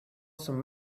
some